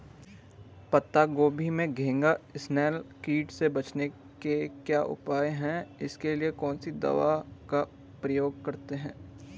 पत्ता गोभी में घैंघा इसनैल कीट से बचने के क्या उपाय हैं इसके लिए कौन सी दवा का प्रयोग करते हैं?